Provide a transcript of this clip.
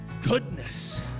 goodness